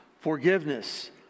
forgiveness